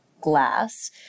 glass